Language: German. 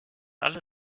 alle